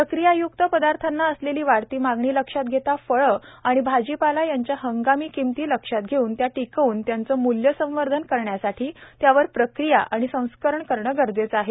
प्रक्रियाय्क्त पदार्थांना असलेली वाढती मागणी लक्षात घेता फळे आणि भाजीपाला यांच्या हंगामी किंमती लक्षात घेऊन त्या टिकवून त्यांचे मूल्यसंवर्धन करण्यासाठी त्यावर प्रक्रिया आणि संस्करण करणे गरजेचे आहे